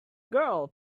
girl